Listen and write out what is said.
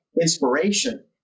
inspiration